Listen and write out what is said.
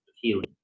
healing